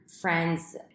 friends